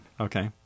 Okay